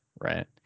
right